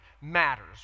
matters